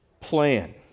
plan